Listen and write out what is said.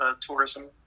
tourism